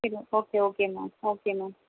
சரி okay okay ma'am okay ma'am